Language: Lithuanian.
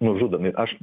nužudomi aš